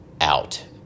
out